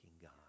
God